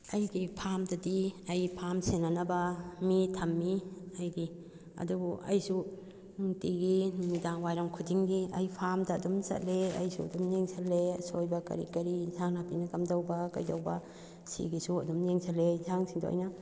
ꯑꯩꯒꯤ ꯐꯥꯝꯗꯗꯤ ꯑꯩ ꯐꯥꯝ ꯁꯦꯅꯅꯕ ꯃꯤ ꯊꯝꯃꯤ ꯑꯩꯒꯤ ꯑꯗꯨꯕꯨ ꯑꯩꯁꯨ ꯅꯨꯡꯇꯤꯒꯤ ꯅꯨꯃꯤꯗꯥꯡꯋꯥꯏꯔꯝ ꯈꯨꯗꯤꯡꯒꯤ ꯑꯩ ꯐꯥꯝꯗ ꯑꯗꯨꯝ ꯆꯠꯂꯦ ꯑꯩꯁꯨ ꯑꯗꯨꯝ ꯌꯦꯡꯁꯜꯂꯦ ꯑꯁꯣꯏꯕ ꯀꯔꯤ ꯀꯔꯤ ꯌꯦꯟꯁꯥꯡ ꯅꯥꯄꯤꯅ ꯀꯝꯗꯧꯕ ꯀꯩꯗꯧꯕ ꯁꯤꯒꯤꯁꯨ ꯑꯗꯨꯝ ꯌꯦꯡꯁꯤꯜꯂꯦ ꯌꯦꯟꯁꯥꯡꯁꯤꯡꯗꯣ ꯑꯩꯅ